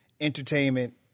Entertainment